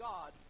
God